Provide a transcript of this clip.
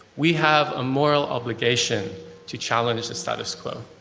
we have a moral obligation to challenge the status quo.